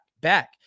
back